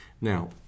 now